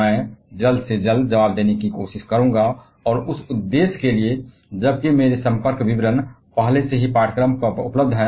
मैं इसका उत्तर जल्द से जल्द और उस उद्देश्य के लिए देना चाहूंगा जबकि मेरे संपर्क विवरण पाठ्यक्रम पर पहले से ही उपलब्ध हैं